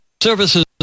services